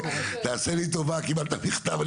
תעשה לי טובה קיבלת מכתב,